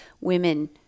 women